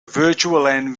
virtualenv